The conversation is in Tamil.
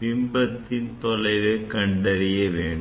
பிம்பத்தின் தொலைவை கண்டறிய வேண்டும்